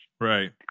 right